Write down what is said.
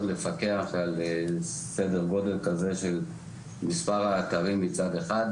לפקח על סדר גודל כזה של מספר האתרים מצד אחד,